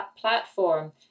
platform